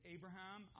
Abraham